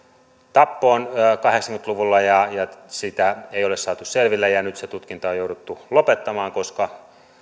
tappoon kahdeksankymmentä luvulla sitä ei ole saatu selville ja nyt se tutkinta on jouduttu lopettamaan koska